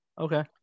Okay